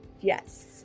Yes